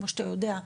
כמו שאתה יודע,